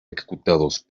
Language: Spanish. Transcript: ejecutados